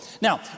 Now